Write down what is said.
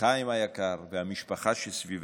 וחיים היקר והמשפחה שסביבך.